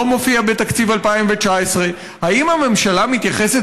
לא מופיע בתקציב 2019. האם הממשלה מתייחסת